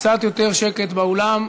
קצת יותר שקט באולם,